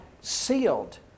sealed